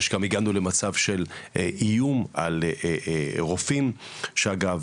גם הגענו למצב של איום על רופאים שאגב,